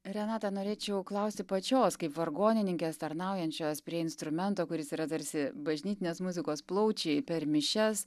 renata norėčiau klausti pačios kaip vargonininkės tarnaujančios prie instrumento kuris yra tarsi bažnytinės muzikos plaučiai per mišias